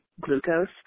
glucose